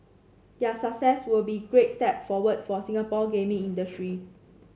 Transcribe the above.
their success would be a great step forward for Singapore gaming industry